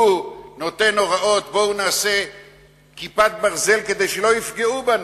הוא נותן הוראות: בואו נעשה "כיפת ברזל" כדי שלא יפגעו בנו,